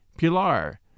Pilar